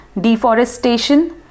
deforestation